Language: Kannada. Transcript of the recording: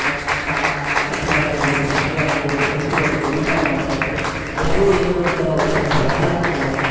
ನಗ್ತಾ ಕಷ್ಟಗಳು ಆಗಿರ್ಬೌದು ಸುಖಗಳ್ ಆಗಿರ್ಬೌದು ಹಂಚುಕೊಂಡು ಊಟ ಮಾಡ್ತಾಯಿದ್ದರೆ ಅವರಿಗೂ ಏನೋ ಒಂಥರ ವಾರಾಂತ್